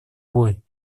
вой